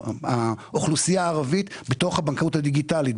האוכלוסייה הערבית בתוך הבנקאות הדיגיטלית,